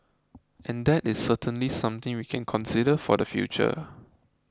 and that is certainly something we can consider for the future